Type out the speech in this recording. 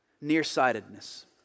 nearsightedness